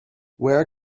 where